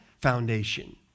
foundation